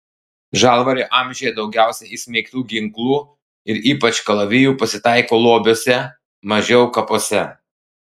žalvario amžiuje daugiausiai įsmeigtų ginklų ir ypač kalavijų pasitaiko lobiuose mažiau kapuose